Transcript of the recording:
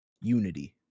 Unity